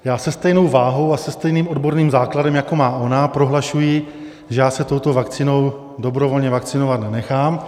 Já se stejnou váhou a se stejným odborným základem, jako má ona, prohlašuji, že já se touto vakcínou dobrovolně vakcinovat nenechám.